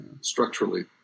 structurally